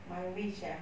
my wish ah